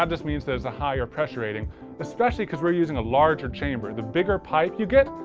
um just means there's a higher pressure rating especially because we're using a larger chamber. the bigger pipe you get,